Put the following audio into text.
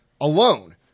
alone